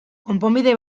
konponbide